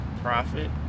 profit